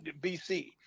BC